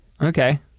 Okay